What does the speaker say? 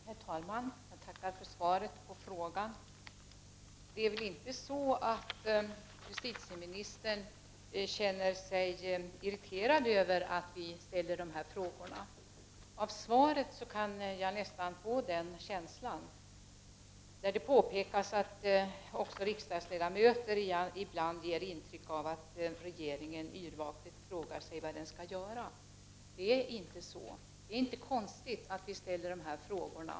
Herr talman! Tack för svaret på frågan. Det är väl inte så att justitieministern känner sig irriterad över att vi ställer våra frågor? Av svaret kan jag nästan få den känslan. Det påpekas där att också riksdagsledamöter ibland ger intryck av att regeringen yrvaket frågar sig vad den skall göra. Det ärinte så. Det är inte konstigt att vi ställer våra frågor.